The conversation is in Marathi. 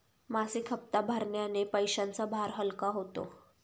मासिक हप्ता भरण्याने पैशांचा भार हलका होतो